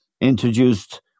introduced